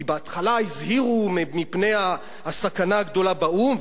כי בהתחלה הזהירו מפני הסכנה הגדולה באו"ם,